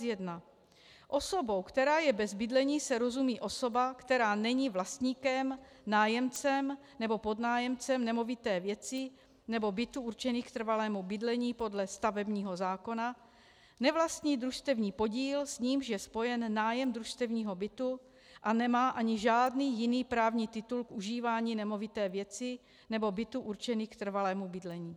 1. Osobou, která je bez bydlení, se rozumí osoba, která není vlastníkem, nájemcem nebo podnájemcem nemovité věci nebo bytu určených k trvalému bydlení podle stavebního zákona, nevlastní družstevní podíl, s nímž je spojen nájem družstevního bytu, a nemá ani žádný jiný právní titul k užívání nemovité věci nebo bytu určených k trvalému bydlení.